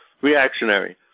reactionary